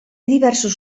diversos